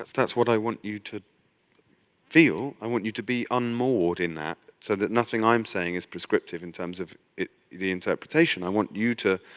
that's that's what i want you to feel. i want you to be unmoored in that so that nothing i'm saying is prescriptive in terms of the interpretation. i want you to.